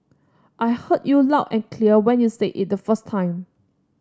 I heard you loud and clear when you said it the first time